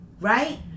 right